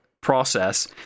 process